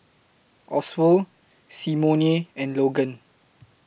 Oswald Simone and Logan